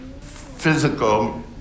physical